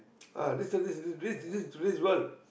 ah this this this this world